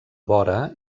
vora